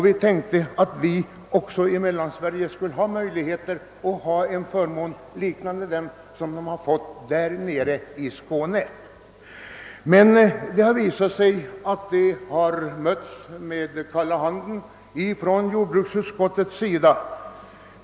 Vi tänkte att vi skulle ha möjligheter att också i Mellansverige få en förmån liknande den som man fått där nere i Skåne. Det har dock visat sig att jordbruksutskottet mött denna framställning med kalla handen.